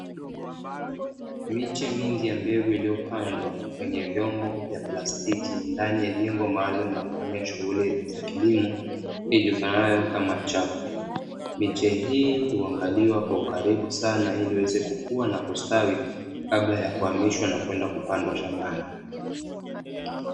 Miche mingi ya mbegu iliyopandwa kwenye vyombo vya plastiki ndani ya jengo maalumu la kufanyia shughuli za kilimo ijulikanayo kama chafu. Miche hii huangaliwa kwa ukaribu sana ili iweze kukua na kustawi kabla ya kuhamishwa na kwenda kupandwa mashambani.